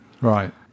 Right